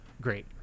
great